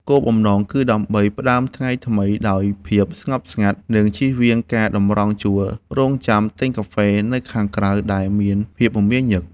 គោលបំណង គឺដើម្បីផ្ដើមថ្ងៃថ្មីដោយភាពស្ងប់ស្ងាត់ និងជៀសវាងការតម្រង់ជួររង់ចាំទិញកាហ្វេនៅខាងក្រៅដែលមានភាពមមាញឹក។